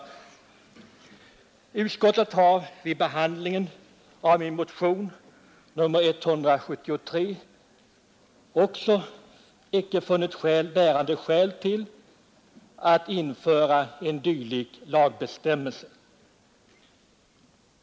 Utskottet har vid behandlingen av min motion nr 173 icke heller funnit skäl till att införa en dylik lagbestämmelse.